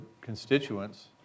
constituents